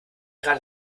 gerade